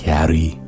Carry